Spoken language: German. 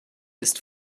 ist